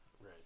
Right